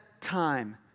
time